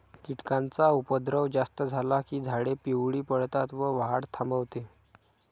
कीटकांचा उपद्रव जास्त झाला की झाडे पिवळी पडतात व वाढ थांबते